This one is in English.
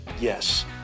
yes